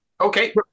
okay